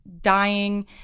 dying